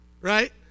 right